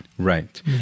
Right